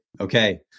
okay